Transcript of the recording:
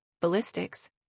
ballistics